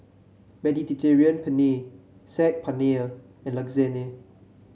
Mediterranean Penne Saag Paneer and Lasagne